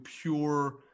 pure